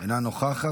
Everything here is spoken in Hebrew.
אינה נוכחת.